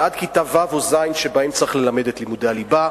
של עד כיתה ו' או ז' שבהן צריך ללמד את לימודי הליבה,